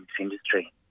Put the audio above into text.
industry